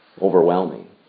overwhelming